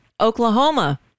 Oklahoma